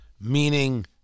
meaning